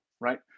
right